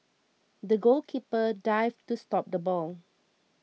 the goalkeeper dived to stop the ball